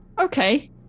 Okay